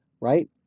Right